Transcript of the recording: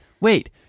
Wait